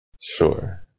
Sure